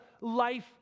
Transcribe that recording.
life